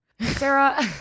Sarah